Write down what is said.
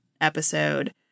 episode